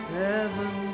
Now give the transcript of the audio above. heaven